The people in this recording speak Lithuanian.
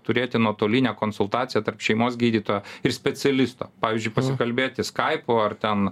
turėti nuotolinę konsultaciją tarp šeimos gydytojo ir specialisto pavyzdžiui pasikalbėti skaipu ar ten